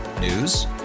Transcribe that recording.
News